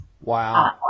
Wow